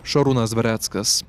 šarūnas dvareckas